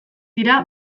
dira